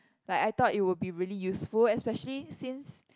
like I thought it would be really useful especially since